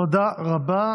תודה רבה.